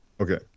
Okay